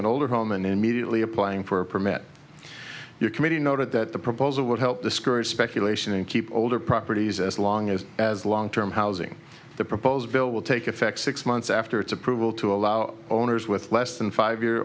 an older home and immediately applying for a permit your committee noted that the proposal would help discourage speculation and keep older properties as long as as long term housing the proposed bill will take effect six months after its approval to allow owners with less than five year